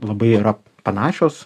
labai yra panašios